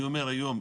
אני אומר היום,